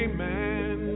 Amen